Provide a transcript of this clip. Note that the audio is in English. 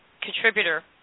contributor